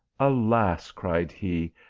alas! cried he,